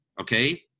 okay